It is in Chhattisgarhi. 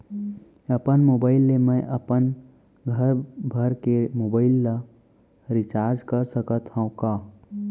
अपन मोबाइल ले मैं अपन घरभर के मोबाइल ला रिचार्ज कर सकत हव का?